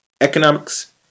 economics